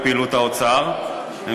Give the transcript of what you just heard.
סגן שר האוצר מיקי לוי,